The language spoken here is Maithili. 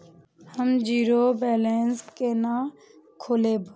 हम जीरो बैलेंस केना खोलैब?